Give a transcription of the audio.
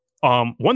One